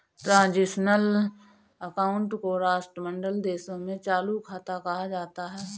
transitional account को राष्ट्रमंडल देशों में चालू खाता कहा जाता है